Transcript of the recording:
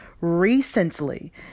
recently